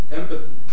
empathy